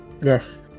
Yes